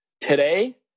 Today